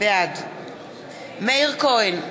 בעד מאיר כהן,